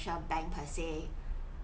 per se